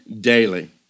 daily